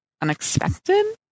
unexpected